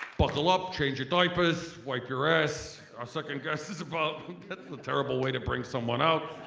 buckle up, change your diapers, wipe your ass, our second guest is about it's a terrible way to bring someone out